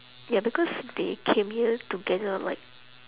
ya because they came here together like